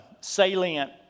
salient